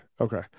okay